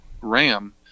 ram